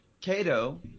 Cato